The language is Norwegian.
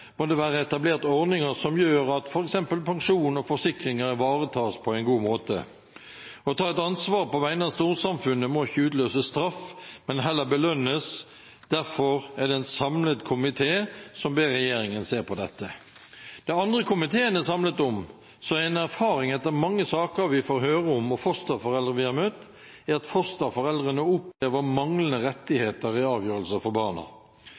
må det være etablert ordninger som gjør at f.eks. pensjon og forsikringer ivaretas på en god måte. Å ta et ansvar på vegne av storsamfunnet må ikke utløse straff, men heller belønnes. Derfor er det en samlet komité som ber regjeringen se på dette. Det andre komiteen er samlet om – som en erfaring etter mange saker vi får høre om, og fosterforeldre vi har møtt – er at fosterforeldre opplever manglende rettigheter i avgjørelser for barna.